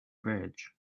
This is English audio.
bridge